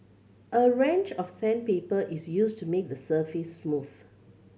a range of sandpaper is used to make the surface smooth